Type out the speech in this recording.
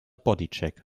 bodycheck